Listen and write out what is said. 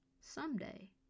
Someday